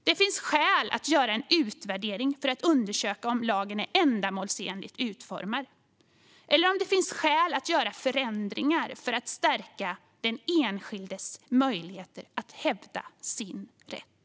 Det finns skäl att göra en utvärdering för att undersöka om lagen är ändamålsenligt utformad eller om det finns skäl att göra förändringar för att stärka den enskildes möjligheter att hävda sin rätt.